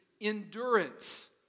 endurance